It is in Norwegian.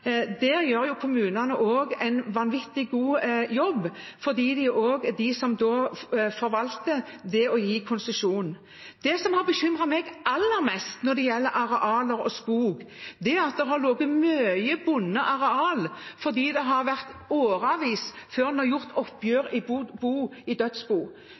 der gjør kommunene også en vanvittig god jobb, for det er de som forvalter det å gi konsesjon. Det som har bekymret meg aller mest når det gjelder arealer og skog, er at det har ligget mye bundet areal fordi det har gått årevis før en har gjort opp dødsbo. Det gjorde vi noe med i